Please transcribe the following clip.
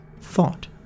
thought